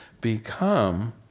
become